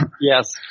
Yes